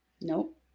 Nope